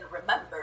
remember